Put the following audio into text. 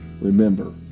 Remember